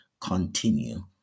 continue